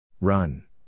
Run